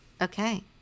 Okay